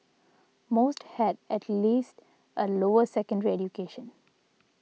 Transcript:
most had at least a lower secondary education